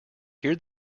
hear